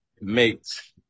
makes